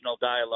dialogue